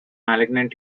malignant